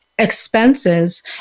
expenses